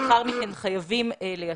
יחד עם זאת אני חייב לומר